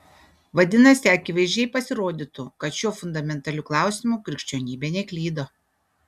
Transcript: vadinasi akivaizdžiai pasirodytų kad šiuo fundamentaliu klausimu krikščionybė neklydo